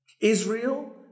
Israel